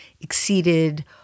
exceeded